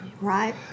Right